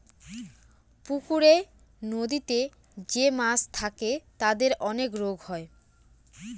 পুকুরে, নদীতে যে মাছ থাকে তাদের অনেক রোগ হয়